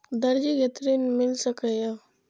दर्जी कै ऋण मिल सके ये?